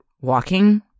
walking